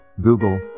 Google